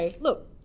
Look